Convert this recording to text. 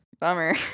Bummer